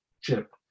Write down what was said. chip